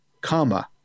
comma